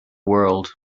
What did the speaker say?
world